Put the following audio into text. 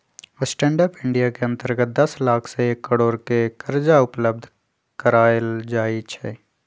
stand up India के अंतर्गत दस लाख से एक करोड़ के करजा उपलब्ध करायल जाइ छइ